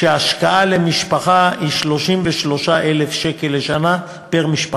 כשההשקעה למשפחה היא 33,000 שקל לשנה פר-משפחה,